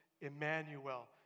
Emmanuel